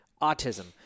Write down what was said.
autism